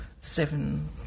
seven